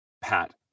Pat